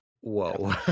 Whoa